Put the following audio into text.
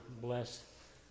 bless